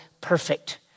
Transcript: perfect